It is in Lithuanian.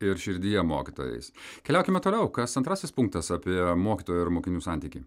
ir širdyje mokytojais keliaukime toliau kas antrasis punktas apie mokytojo ir mokinių santykį